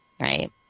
Right